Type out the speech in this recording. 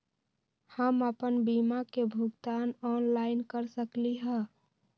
हम अपन बीमा के भुगतान ऑनलाइन कर सकली ह?